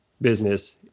business